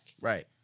Right